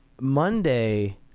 Monday